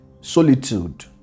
solitude